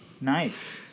Nice